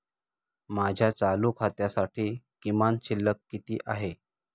माझ्या चालू खात्यासाठी किमान शिल्लक किती आहे?